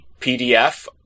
PDF